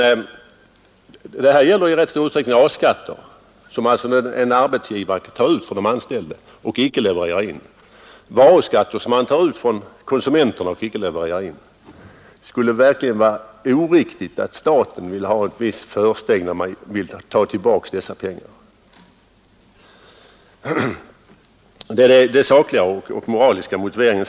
Vad jag här sagt gäller i särskilt hög grad A-skatterna, som en arbetsgivare tar ut av de anställda och icke levererar in, samt varuskatter som han tar ut av konsumenter och underlåter att leverera in till skattemyndigheterna. Skulle det vara oriktigt att staten vill ha ett visst försteg när det gäller att ta tillbaka dessa pengar? Detta är de sakliga och moraliska motiveringarna.